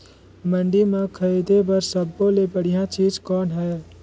मंडी म खरीदे बर सब्बो ले बढ़िया चीज़ कौन हे?